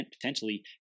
potentially